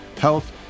health